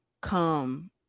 come